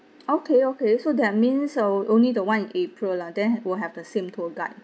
okay okay so that means oh only the one in april lah then will have the same tour guide